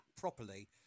properly